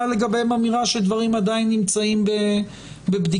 לגביהם אמירה שדברים עדיין נמצאים בבדיקה.